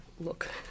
Look